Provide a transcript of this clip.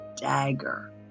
dagger